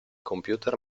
computer